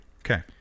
Okay